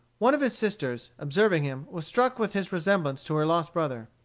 one of his sisters, observing him, was struck with his resemblance to her lost brother.